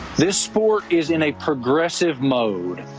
this sport is in a progressive mode.